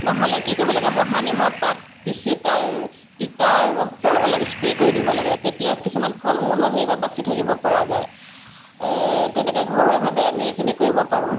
নহ'লে কি কৰিব লাগে মহানিমৰ পাত পিচি তাৰ তিতা ৰসটো অলপ স্প্ৰে কৰি দিব লাগে তেতিয়াও কিছুমান ফল মূলৰ সেই পৰা বাছি থাকিব পৰা যায় তেনেকৈ ঘৰুৱাভাৱে আমি এইখিনি কৰিব পাৰোঁ